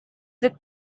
the